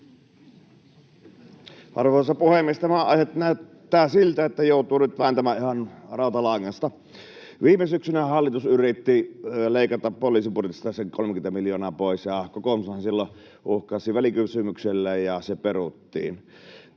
Arvoisa puhemies! Tämä aihe näyttää siltä, että joutuu nyt vääntämään ihan rautalangasta. Viime syksynä hallitus yritti leikata poliisin budjetista sen 30 miljoonaa pois, ja kokoomushan silloin uhkasi välikysymyksellä ja se peruttiin.